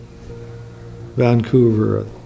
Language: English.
Vancouver